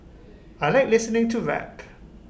I Like listening to rap